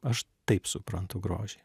aš taip suprantu grožį